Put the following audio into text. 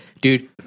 dude